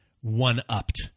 one-upped